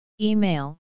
Email